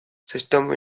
system